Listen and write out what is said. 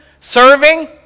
Serving